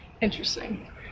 Interesting